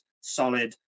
solid